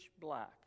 black